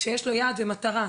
כשיש לו יעד ומטרה,